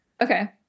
Okay